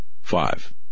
Five